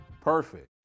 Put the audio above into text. Perfect